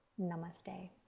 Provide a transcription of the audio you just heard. Namaste